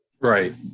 Right